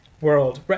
world